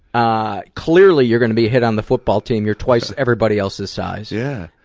ah clearly, you're going to be a hit on the football team. you're twice everybody else's size. yeah.